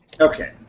Okay